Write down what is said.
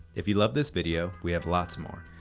if you loved this video, we have lots more.